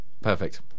Perfect